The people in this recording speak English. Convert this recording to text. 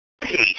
Peace